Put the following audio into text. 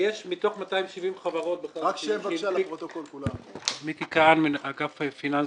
מתוך 270 חברות - אני מהאגף הפיננסי,